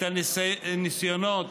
את הניסיונות